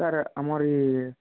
sir ଆମର ଇଏ